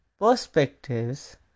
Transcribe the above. Perspectives